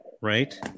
Right